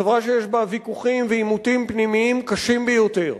חברה שיש בה ויכוחים ועימותים פנימיים קשים ביותר,